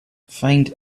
find